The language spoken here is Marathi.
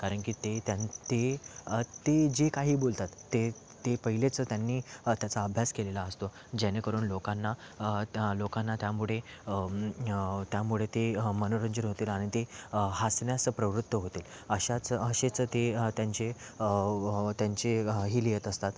कारण की ते त्यां ते ते जे काही बोलतात ते ते पहिलेच त्यांनी त्याचा अभ्यास केलेला असतो जेणेकरून लोकांना त्या लोकांना त्यामुळे त्यामुळे ते मनोरंजन होतील आणि ते हसण्यास प्रवृत्त होतील अशाच असेच ते त्यांचे त्यांचे हे लिहीत असतात